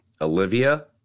Olivia